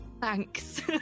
Thanks